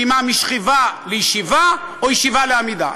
קימה משכיבה לישיבה או מישיבה לעמידה.